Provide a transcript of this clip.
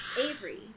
Avery